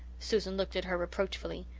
susan looked at her reproachfully.